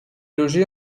logé